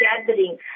gathering